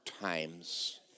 times